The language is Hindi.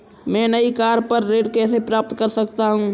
मैं नई कार पर ऋण कैसे प्राप्त कर सकता हूँ?